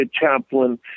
chaplain